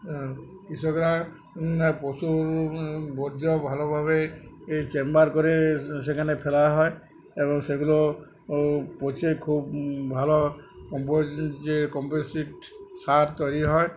কৃষকরা পশুর বর্জ্য ভালোভাবে এই চেম্বার করে সেখানে ফেলা হয় এবং সেগুলো পচে খুব ভালো কম্পোস্ট যে কম্পোসিট সার তৈরি হয়